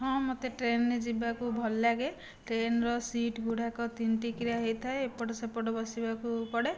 ହଁ ମୋତେ ଟ୍ରେନ୍ରେ ଯିବାକୁ ଭଲଲାଗେ ଟ୍ରେନ୍ର ସିଟ୍ଗୁଡ଼ିକ ତିନିଟିକିଆ ହୋଇଥାଏ ଏପଟ ସେପଟ ବସିବାକୁ ପଡ଼େ